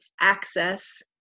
access